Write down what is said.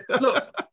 Look